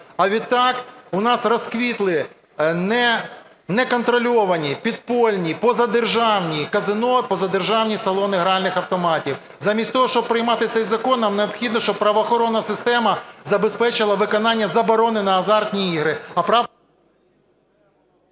а відтак у нас розквітли неконтрольовані підпільні позадержавні казино і позадержавні салони гральних автоматів. Замість того, щоб приймати цей закон, нам необхідно, щоб правоохоронна система забезпечила виконання заборони на азартні ігри,